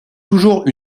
toujours